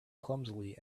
clumsily